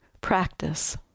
practice